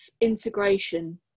integration